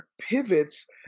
pivots